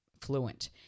fluent